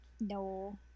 No